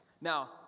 Now